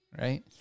right